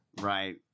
Right